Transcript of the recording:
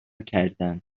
کردن